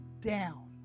down